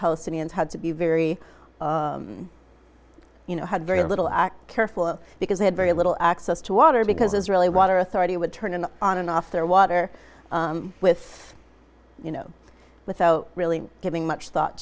palestinians had to be very you know had very little act careful because they had very little access to water because israeli water authority would turn in on and off their water with you know without really giving much thought